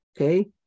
Okay